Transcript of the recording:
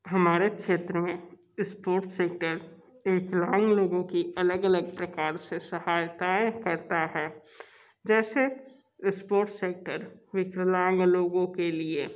हमारे क्षेत्र में स्पोर्ट्स सेक्टर विकलांग लोगों की अलग अलग प्रकार से सहायताएँ करता है जैसे स्पोर्ट्स सेक्टर विकलांग लोगों के लिए